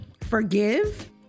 forgive